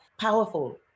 powerful